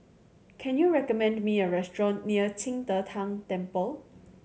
can you recommend me a restaurant near Qing De Tang Temple